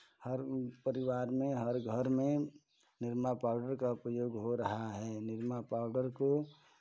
हर परिवार में हर घर में निरमा पाउडर का प्रयोग हो रहा है निरमा पाउडर को